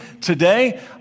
today